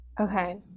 Okay